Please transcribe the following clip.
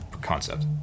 concept